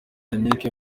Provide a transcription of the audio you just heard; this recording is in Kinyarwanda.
yannick